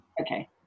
okay